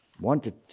wanted